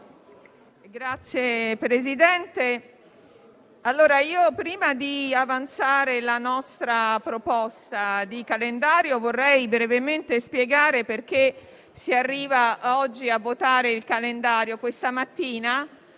Signor Presidente, prima di avanzare la nostra proposta di calendario, vorrei brevemente spiegare perché si arriva a votare il calendario dei lavori